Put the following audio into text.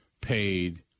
paid